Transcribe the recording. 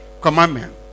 commandment